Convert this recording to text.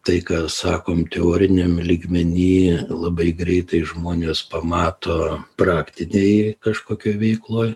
tai ką sakom teoriniam lygmeny labai greitai žmonės pamato praktinėj kažkokioj veikloj